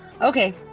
Okay